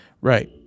right